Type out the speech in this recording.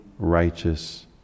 righteous